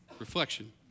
reflection